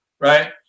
right